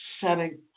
setting